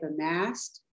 amassed